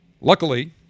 Luckily